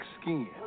skin